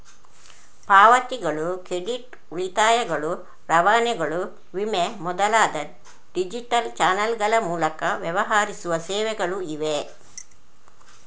ಪಾವತಿಗಳು, ಕ್ರೆಡಿಟ್, ಉಳಿತಾಯಗಳು, ರವಾನೆಗಳು, ವಿಮೆ ಮೊದಲಾದ ಡಿಜಿಟಲ್ ಚಾನಲ್ಗಳ ಮೂಲಕ ವ್ಯವಹರಿಸುವ ಸೇವೆಗಳು ಇವೆ